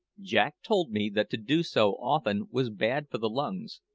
jack told me that to do so often was bad for the lungs,